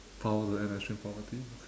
power to end extreme poverty